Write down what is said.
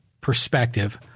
perspective